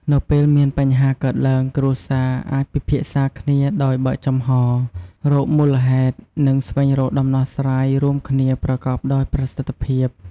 នៅពេលមានបញ្ហាកើតឡើង គ្រួសារអាចពិភាក្សាគ្នាដោយបើកចំហរ រកមូលហេតុ និងស្វែងរកដំណោះស្រាយរួមគ្នាប្រកបដោយប្រសិទ្ធភាព។